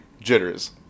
jitters